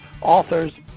authors